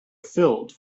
filled